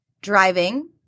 driving